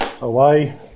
away